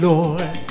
Lord